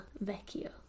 Vecchio